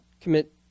commit